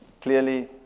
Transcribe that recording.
clearly